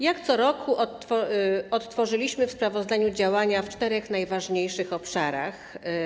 Jak co roku odtworzyliśmy w sprawozdaniu działania dotyczące czterech najważniejszych obszarów.